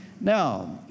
Now